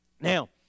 Now